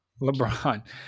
LeBron